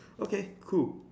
okay cool